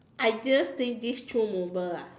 I didn't think this through moment ah